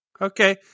Okay